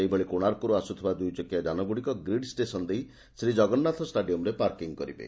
ସେହିଭଳି କୋଶାର୍କରୁ ଆସୁଥିବା ଦୁଇ ଚକିଆ ଯାନଗୁଡ଼ିକ ଗ୍ରିଡ୍ ଷ୍ଟେସନ୍ ଦେଇ ଶ୍ରୀ ଜଗନ୍ନାଥ ଷ୍ଟାଡିୟମ୍ରେ ପାର୍କିଂ କରିବେ